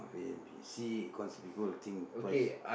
A and B C because people will think twice